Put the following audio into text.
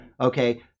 Okay